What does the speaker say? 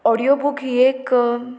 audio book ही एक